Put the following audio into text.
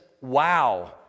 Wow